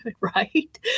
Right